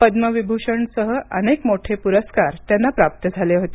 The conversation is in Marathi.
पद्मविभूषणसह अनेक मोठे पुरस्कार त्यांना प्राप्त झाले होते